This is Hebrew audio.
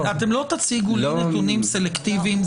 אתם לא תציגו לי נתונים סלקטיביים.